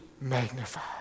magnified